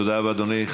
תודה רבה, אדוני.